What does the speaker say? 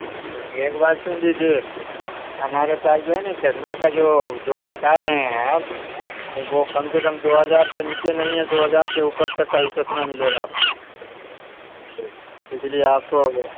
ہاں ایک بات سن لیجیے ہمارے پاس جو ہے نا چشمہ کا جو جو بتا رہے ہیں آپ تو وہ کم سے کم دو ہزار سے نیچے نہیں ہے دو ہزار سے اوپر تک کا ہی چشمہ ملے گا آپ کو اس لیے آپ کو